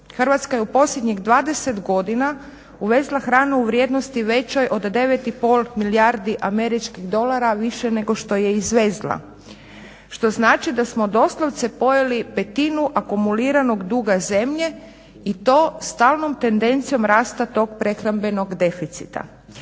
Hrvatska je u posljednjih 20 godina uvezla hranu u vrijednosti većoj od 9,5 milijardi američkih dolara više nego što je izvezla što znači da smo doslovce pojeli petinu akumuliranog duga zemlje i to stalnom tendencijom rasta tog prehrambenog deficita.